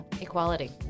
Equality